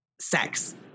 sex